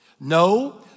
no